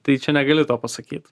tai čia negali to pasakyt